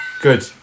Good